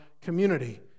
community